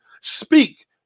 speak